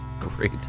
great